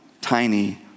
tiny